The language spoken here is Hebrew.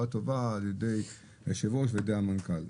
טובה על ידי היושב-ראש ועל ידי המנכ"ל.